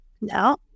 No